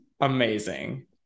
amazing